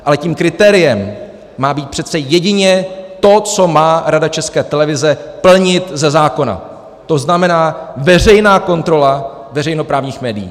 Ale tím kritériem má být přece jedině to, co má Rada České televize plnit ze zákona, to znamená, veřejná kontrola veřejnoprávních médií.